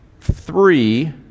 three